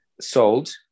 sold